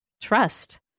trust